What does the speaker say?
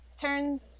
turns